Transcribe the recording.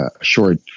short